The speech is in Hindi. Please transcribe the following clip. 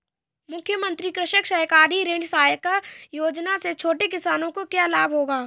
मुख्यमंत्री कृषक सहकारी ऋण सहायता योजना से छोटे किसानों को क्या लाभ होगा?